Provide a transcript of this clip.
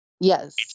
Yes